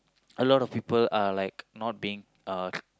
a lot of people are like not being uh